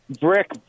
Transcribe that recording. Brick